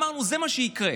אמרנו: זה מה שיקרה.